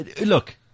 look